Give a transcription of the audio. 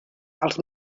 els